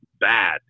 bad